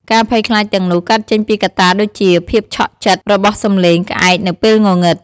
ការភ័យខ្លាចទាំងនោះកើតចេញពីកត្តាដូចជាភាពឆក់ចិត្តរបស់សំឡេងក្អែកនៅពេលងងឹត។